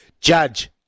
Judge